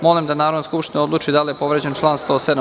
Molim da Narodna skupština odluči da li je povređen član 107.